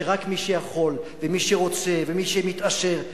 שרק מי שיכול ומי שרוצה ומי שמתעשר,